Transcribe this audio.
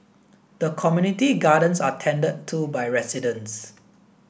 the community gardens are tended to by residents